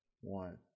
one